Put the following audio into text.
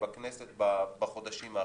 בכנסת בחודשים האחרונים.